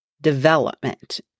development